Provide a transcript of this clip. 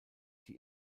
die